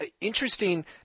Interesting